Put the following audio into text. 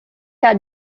had